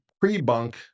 pre-bunk